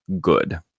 good